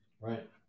Right